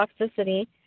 toxicity